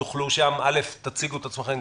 אם תוכלו קודם כול תציגו את עצמכם,